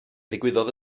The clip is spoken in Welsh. ddigwyddodd